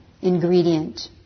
ingredient